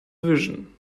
vision